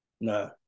No